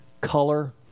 color